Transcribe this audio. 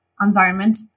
environment